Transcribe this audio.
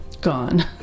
Gone